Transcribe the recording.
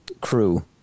crew